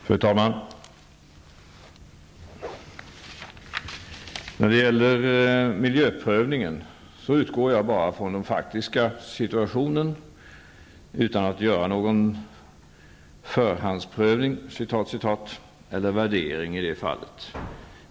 Fru talman! När det gäller miljöprövningen utgår jag bara från den faktiska situationen, utan att göra någon ''förhandsprövning'' eller värdering.